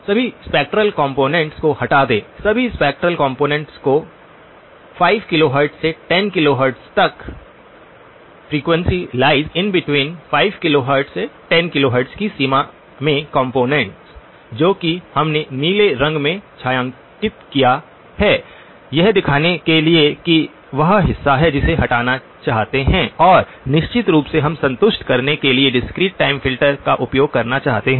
सभी spectral components को हटा दें सभी स्पेक्ट्रल कंपोनेंट्स को 5 किलोहर्ट्ज़ से 10 किलोहर्ट्ज़ तक 5kHz≤f≤10kHz की सीमा में कॉम्पोनेन्ट जो कि हमने नीले रंग में छायांकित किया है यह दिखाने के लिए कि वह हिस्सा है जिसे हटाना चाहते हैं और निश्चित रूप से हम संतुष्ट करने के लिए डिस्क्रीट टाइम फिल्टर का उपयोग करना चाहते हैं